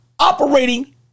operating